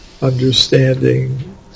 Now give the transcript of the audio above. understanding